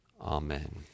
Amen